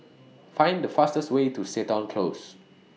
Find The fastest Way to Seton Close